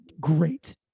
great